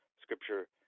Scripture